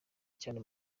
cyane